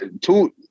two